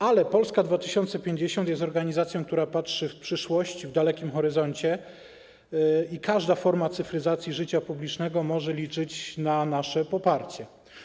Ale Polska 2050 jest organizacją, która patrzy w przyszłość w dalekim horyzoncie, i każda forma cyfryzacji życia publicznego może liczyć na nasze poparcie.